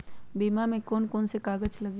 बीमा में कौन कौन से कागज लगी?